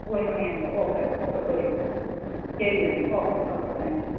ഒരു മണിയാകുമ്പം ഓക്കേ പോര് ശരി എന്നാൽ ഓക്കേ ഓക്കേ താങ്ക്യൂ